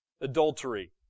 adultery